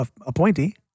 appointee